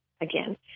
again